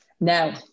Now